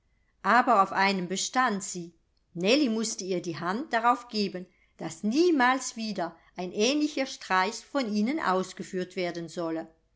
aber auf einem bestand sie nellie mußte ihr die hand darauf geben daß niemals wieder ein ähnlicher streich von ihnen ausgeführt werden solle